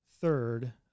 third